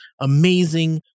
amazing